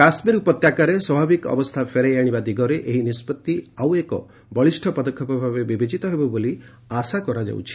କାଶ୍ମୀର ଉପତ୍ୟକାରେ ସ୍ୱାଭାବିକ ଅବସ୍ଥା ଫେରାଇ ଆଶିବା ଦିଗରେ ଏହି ନିଷ୍ପଭି ଆଉ ଏକ ବଳିଷ୍ଣ ପଦକ୍ଷେପ ଭାବେ ବିବେଚିତ ହେବ ବୋଲି ଆଶା କରାଯାଉଛି